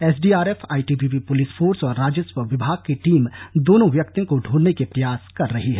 SDRF ITBP police force और राजस्व विभाग की टीम दोनों व्यक्तियों को ढूंढ़ने के प्रयास कर रही है